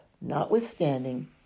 notwithstanding